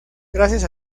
gracias